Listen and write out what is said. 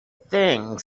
thing